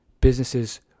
businesses